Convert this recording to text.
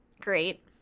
great